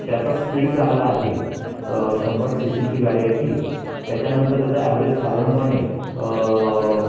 त्याचा स्पीड चांगला आहे शंभर सी सी ची गाडी आहे ती त्याच्यानंतर त्याचा ॲव्हरेज साधारणपणे